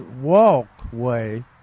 walkway